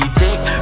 take